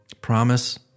promise